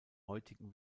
heutigen